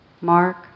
Mark